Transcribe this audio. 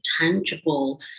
tangible